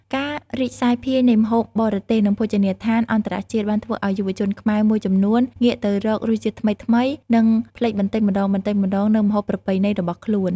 ការរីកសាយភាយនៃម្ហូបបរទេស និងភោជនីយដ្ឋានអន្តរជាតិបានធ្វើឱ្យយុវជនខ្មែរមួយចំនួនងាកទៅរករសជាតិថ្មីៗ និងភ្លេចបន្តិចម្ដងៗនូវម្ហូបប្រពៃណីរបស់ខ្លួន។